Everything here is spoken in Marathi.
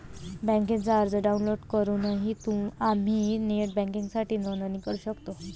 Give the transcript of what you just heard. बँकेचा अर्ज डाउनलोड करूनही आम्ही नेट बँकिंगसाठी नोंदणी करू शकतो